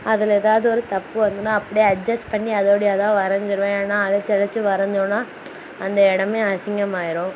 அதில் எதாவது ஒரு தப்பு வந்துனால் அப்படியே அட்ஜஸ்ட் பண்ணி அதோடயேதான் வரஞ்சிடுவேன் ஏன்னா அழிச்சி அழிச்சி வரைஞ்சோன்னா அந்த இடமே அசிங்கமாயிடும்